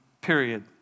period